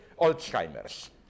Alzheimer's